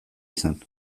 izan